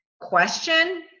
question